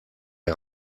est